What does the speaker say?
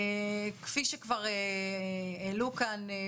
כפי שכבר העלו כאן,